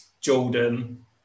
jordan